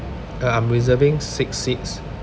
ah I'm reserving six seats